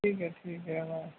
ٹھیک ہے ٹھیک ہے ہمارا